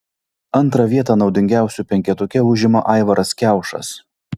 antrą vietą naudingiausių penketuke užima aivaras kiaušas